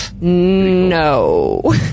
No